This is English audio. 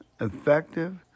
effective